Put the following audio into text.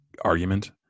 argument